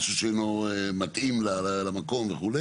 משהו שאינו מתאים למקום וכו',